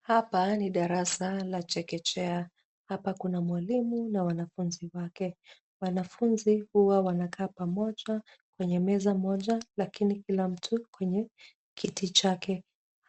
Hapa ni darasa la chekechea, hapa kuna mwalimu na wanafunzi wake. Wanafunzi huwa wanakaa pamoja kwenye meza moja lakini kila mtu kwenye kiti chake.